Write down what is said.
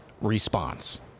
response